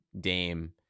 Dame